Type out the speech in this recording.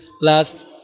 last